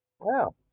Wow